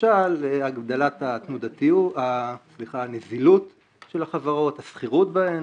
למשל הגדלת הנזילות של החברות, הסחירות בהן.